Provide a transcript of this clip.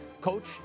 Coach